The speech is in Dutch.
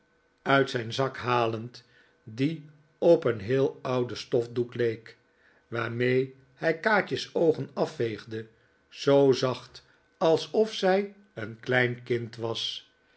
uit zijn zak halend die op een heel ouden stofdoek leek waarmee hij kaatje's oogen apveegde zoo zacht alsof zij een klein kind was